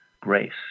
grace